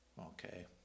Okay